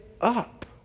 up